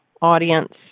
audience